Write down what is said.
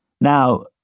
Now